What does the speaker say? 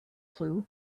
clue